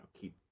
keep